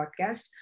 podcast